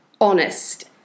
honest